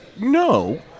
no